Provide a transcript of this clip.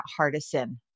Hardison